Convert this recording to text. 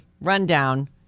rundown